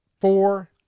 four